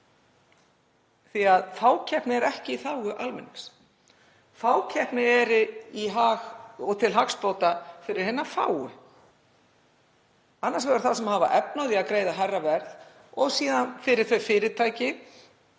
því að fákeppni er ekki í þágu almennings, fákeppni er til hagsbóta fyrir hina fáu, annars vegar þá sem hafa efni á því að greiða hærra verð og síðan fyrir þau fyrirtæki